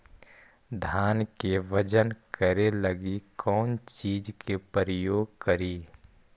धान के बजन करे लगी कौन चिज के प्रयोग करि?